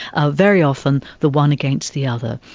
ah very often the one against the other.